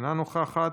אינה נוכחת,